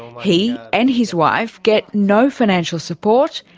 he and his wife get no financial support,